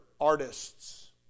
artists